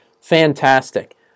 Fantastic